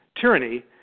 tyranny